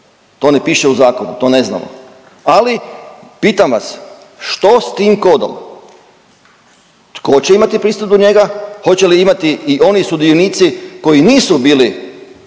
To ne piše u zakonu, to ne znamo. Ali pitam vas što s tim kodom? Tko će imati pristup do njega? Hoće li imati i oni sudionici koji nisu bili